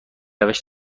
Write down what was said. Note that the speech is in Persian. روش